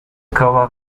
cobalt